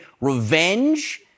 revenge